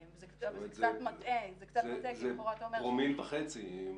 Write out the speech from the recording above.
זה קצת מטעה כי --- זה פרומיל וחצי,